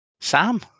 Sam